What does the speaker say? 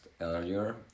earlier